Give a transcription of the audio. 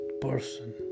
person